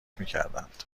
میکردند